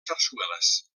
sarsueles